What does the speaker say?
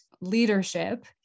leadership